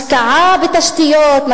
השקעה בתשתיות,